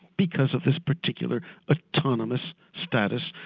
because of this particular autonomous status,